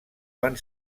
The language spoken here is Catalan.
van